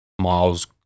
Miles